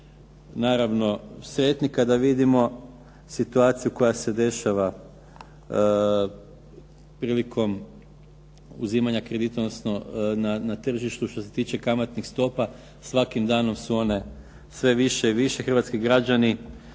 naravno sretni kada vidimo situaciju koja se dešava prilikom uzimanja kredita, odnosno na tržištu što se tiče kamatnih stopa. Svakim danom su one sve više i više, hrvatski građani